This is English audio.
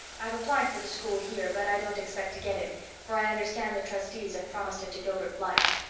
i've applied for the school here but i don't expect to get it for i understand the trustees have promised it to gilbert blythe.